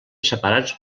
separats